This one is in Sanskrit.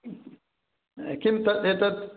किं तत् एतत्